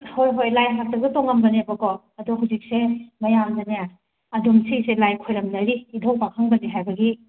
ꯍꯣꯏ ꯍꯣꯏ ꯂꯥꯏ ꯍꯥꯛꯇꯛꯇ ꯇꯣꯡꯉꯝꯕꯅꯦꯕꯀꯣ ꯑꯗꯣ ꯍꯨꯖꯤꯛꯁꯦ ꯃꯌꯥꯝꯅꯅꯦ ꯑꯗꯨꯝ ꯁꯤꯁꯦ ꯂꯥꯏ ꯈꯨꯔꯨꯝꯅꯔꯤ ꯏꯙꯧ ꯄꯥꯈꯪꯕꯅꯦ ꯍꯥꯏꯕꯒꯤ